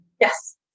Yes